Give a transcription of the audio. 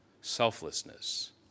selflessness